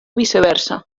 viceversa